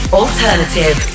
alternative